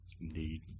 Indeed